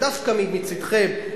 דווקא מצדכם,